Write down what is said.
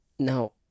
Now